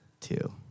two